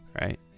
right